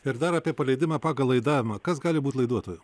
ir dar apie paleidimą pagal laidavimą kas gali būti laiduotoju